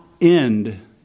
end